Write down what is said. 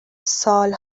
سال